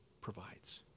provides